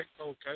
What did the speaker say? Okay